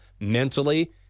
mentally